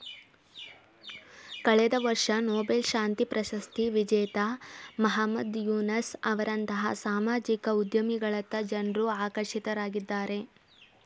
ಕಳೆದ ವರ್ಷ ನೊಬೆಲ್ ಶಾಂತಿ ಪ್ರಶಸ್ತಿ ವಿಜೇತ ಮಹಮ್ಮದ್ ಯೂನಸ್ ಅವರಂತಹ ಸಾಮಾಜಿಕ ಉದ್ಯಮಿಗಳತ್ತ ಜನ್ರು ಆಕರ್ಷಿತರಾಗಿದ್ದಾರೆ